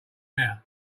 now